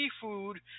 seafood